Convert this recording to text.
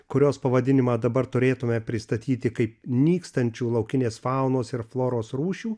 kurios pavadinimą dabar turėtume pristatyti kaip nykstančių laukinės faunos ir floros rūšių